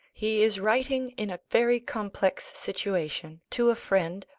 he is writing in a very complex situation to a friend,